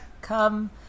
Come